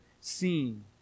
seen